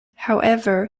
however